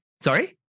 Sorry